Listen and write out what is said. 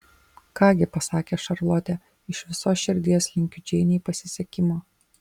ką gi pasakė šarlotė iš visos širdies linkiu džeinei pasisekimo